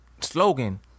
slogan